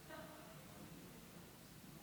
ברוך השם יום-יום.